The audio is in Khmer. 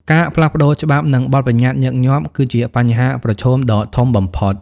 ការផ្លាស់ប្តូរច្បាប់ និងបទប្បញ្ញត្តិញឹកញាប់ គឺជាបញ្ហាប្រឈមដ៏ធំបំផុត។